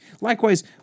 Likewise